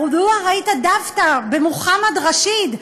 מדוע ראית דווקא במוחמד רשיד,